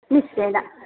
निश्चयेन